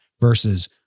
versus